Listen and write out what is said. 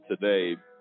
today